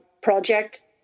project